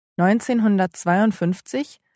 1952